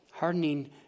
Hardening